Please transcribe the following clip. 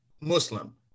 Muslim